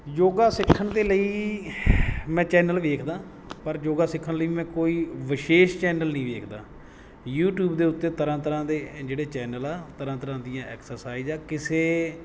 ਯੋਗਾ ਸਿੱਖਣ ਦੇ ਲਈ ਮੈਂ ਚੈਨਲ ਵੇਖਦਾ ਪਰ ਯੋਗਾ ਸਿੱਖਣ ਲਈ ਮੈਂ ਕੋਈ ਵਿਸ਼ੇਸ਼ ਚੈਨਲ ਨਹੀਂ ਵੇਖਦਾ ਯੂਟੀਊਬ ਦੇ ਉੱਤੇ ਤਰ੍ਹਾਂ ਤਰ੍ਹਾਂ ਦੇ ਜਿਹੜੇ ਚੈਨਲ ਆ ਤਰ੍ਹਾਂ ਤਰ੍ਹਾਂ ਦੀਆਂ ਐਕਸਰਸਾਈਜ਼ ਆ ਕਿਸੇ